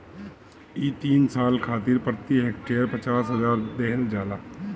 इ तीन साल खातिर प्रति हेक्टेयर पचास हजार देहल जाला